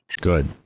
Good